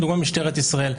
למשל משטרת ישראל.